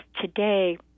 today